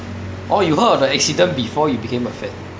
oh you heard of the accident before you became a fan